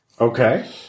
Okay